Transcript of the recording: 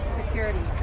security